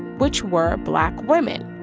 which were black women